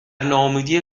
ناامیدی